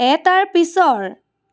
এটাৰ পিছৰ